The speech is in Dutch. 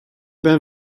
ben